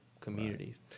communities